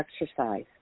exercise